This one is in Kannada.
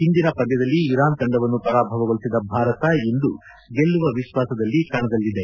ಒಂದಿನ ಪಂದ್ವದಲ್ಲಿ ಇರಾನ್ ತಂಡವನ್ನು ಪರಾಭವಗೊಳಿಸಿದ ಭಾರತ ಇಂದು ಗೆಲ್ಲುವ ವಿಶ್ವಾಸದಲ್ಲಿ ಕಣದಲ್ಲಿದೆ